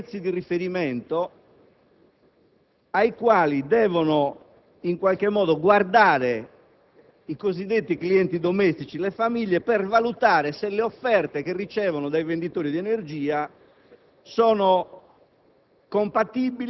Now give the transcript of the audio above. stabilire i prezzi di riferimento, ai quali devono guardare i cosiddetti clienti domestici, le famiglie, per valutare se le offerte che ricevono dai venditori di energia sono